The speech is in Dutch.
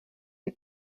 een